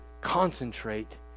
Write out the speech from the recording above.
concentrate